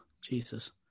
Jesus